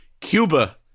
Cuba